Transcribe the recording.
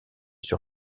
sur